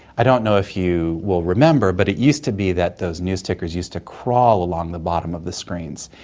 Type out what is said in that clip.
i don't know if you will remember but it used to be that those news tickers used to crawl along the bottom of the screens.